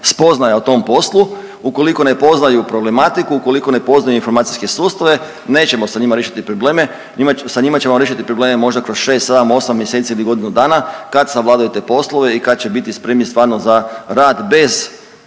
spoznaja o tom poslu, ukoliko ne poznaju problematiku, ukoliko ne poznaju informacijske sustave, nećemo sa njima riješiti probleme, sa njima ćemo riješiti probleme možda kroz 6, 7-8. mjeseci ili godinu dana kad savladaju te poslove i kad će biti spremni stvarno za rad bez,